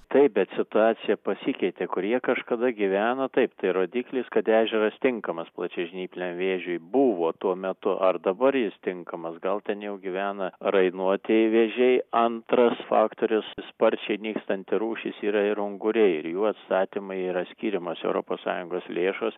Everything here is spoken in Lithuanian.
taip bet situacija pasikeitė kur jie kažkada gyveno taip tai rodiklis kad ežeras tinkamas plačiažnypliam vėžiui buvo tuo metu ar dabar jis tinkamas gal ten jau gyvena rainuotieji vėžiai antras faktorius sparčiai nykstanti rūšis yra ir unguriai ir jų atstatymui yra skiriamos europos sąjungos lėšos